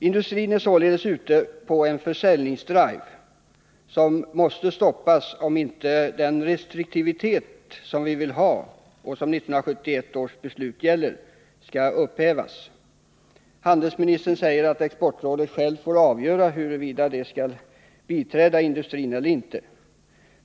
Industrin är således ute på en försäljningsdrive som måste stoppas, om inte den restriktivitet som vi vill ha och som gäller enligt 1971 års beslut skall upphävas. Handelsministern säger att exportrådet självt får avgöra huruvida det skall biträda industrin eller inte.